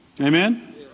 Amen